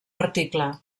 article